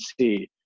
see